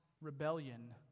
rebellion